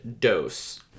dose